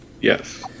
Yes